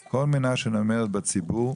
בציבור,